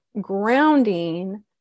grounding